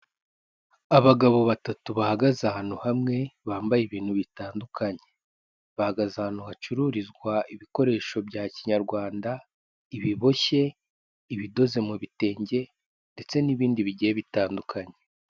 Abagabo batatu bahagaze ahantu hamwe, bambaye ibintu bitandukanye; bahagaze ahantu hacururizwa ibikoresho bya kinyarwanda: ibiboshye, ibidoze mu bitenge ndetse n'ibindi bigiye bitandukanye.